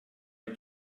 you